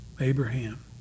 Abraham